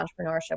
entrepreneurship